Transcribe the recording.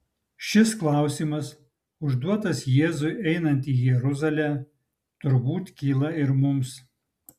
šis klausimas užduotas jėzui einant į jeruzalę turbūt kyla ir mums